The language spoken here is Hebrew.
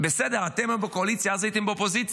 בסדר, אתם היום בקואליציה, אז הייתם באופוזיציה.